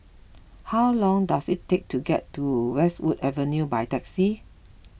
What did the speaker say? how long does it take to get to Westwood Avenue by taxi